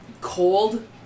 cold